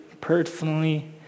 personally